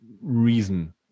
reason